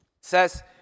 says